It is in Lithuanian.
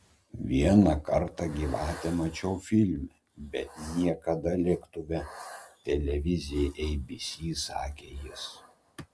vieną kartą gyvatę mačiau filme bet niekada lėktuve televizijai abc sakė jis